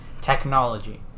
technology